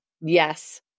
yes